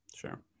Sure